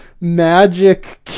magic